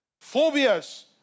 phobias